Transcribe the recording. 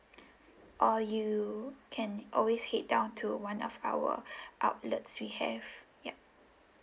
or you can always head down to one of our outlets we have yup